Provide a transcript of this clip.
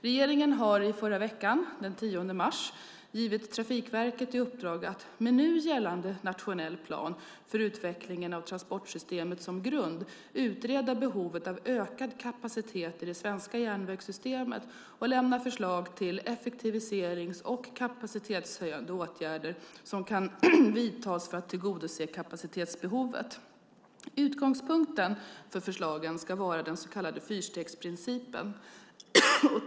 Regeringen har i förra veckan, den 10 mars, givit Trafikverket i uppdrag att med nu gällande nationell plan för utveckling av transportsystemet som grund utreda behovet av ökad kapacitet i det svenska järnvägssystemet och lämna förslag till effektiviserings och kapacitetshöjande åtgärder som kan vidtas för att tillgodose kapacitetsbehovet. Utgångspunkten för förslagen ska vara den så kallade fyrstegsprincipen.